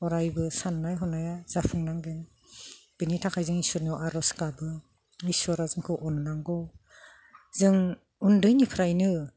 अरायबो साननाय हनाया जाफुंनांगोन बिनि थाखाय जों इसोरनियाव आर'ज गाबो इसोरा जोंखौ अननांगौ जों उन्दैनिफ्रायनो